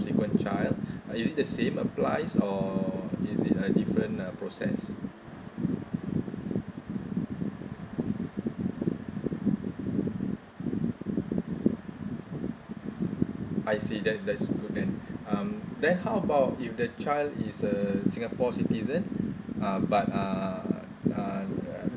subsequent child uh is it the same applies or is it uh different uh process I see that that's good then um then how about if the child is a singapore citizen uh but uh